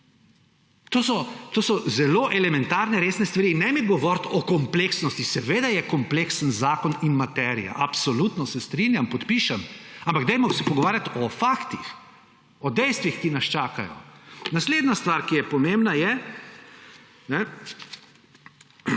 To so zelo elementarne resne stvari. In ne mi govoriti o kompleksnosti! Seveda je kompleksen zakon in materija, absolutno se strinjam, podpišem, ampak pogovarjajmo se o faktih, o dejstvih, ki nas čakajo. Naslednja stvar, ki je pomembna, je